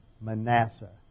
Manasseh